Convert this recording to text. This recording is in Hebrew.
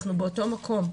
ואנחנו באותו מקום.